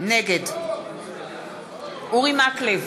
נגד אורי מקלב,